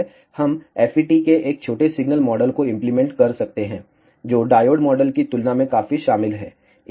हम FET के एक छोटे सिग्नल मॉडल को इम्प्लीमेंट कर सकते हैं जो डायोड मॉडल की तुलना में काफी शामिल है